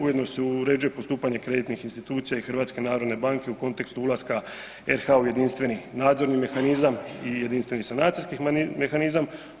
Ujedno se uređuje postupanje kreditnih institucija i HNB-a u kontekstu ulaska RH u Jedinstveni nadzorni mehanizam i Jedinstveni sanacijski mehanizam.